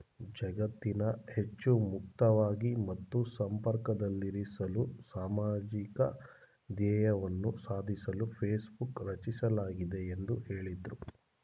ಜಗತ್ತನ್ನ ಹೆಚ್ಚು ಮುಕ್ತವಾಗಿ ಮತ್ತು ಸಂಪರ್ಕದಲ್ಲಿರಿಸಲು ಸಾಮಾಜಿಕ ಧ್ಯೇಯವನ್ನ ಸಾಧಿಸಲು ಫೇಸ್ಬುಕ್ ರಚಿಸಲಾಗಿದೆ ಎಂದು ಹೇಳಿದ್ರು